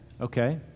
Okay